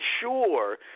sure